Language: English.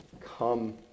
come